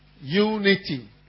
Unity